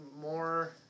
more